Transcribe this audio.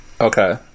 Okay